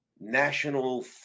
national